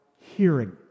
hearing